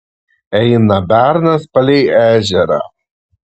eina bernas palei ežerą